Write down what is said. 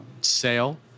sale